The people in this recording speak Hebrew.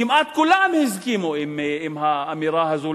כמעט כולם הסכימו עם האמירה הזאת,